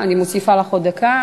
אני מוסיפה לך עוד דקה.